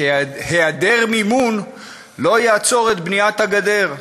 שהיעדר מימון לא יעצור את בניית הגדר,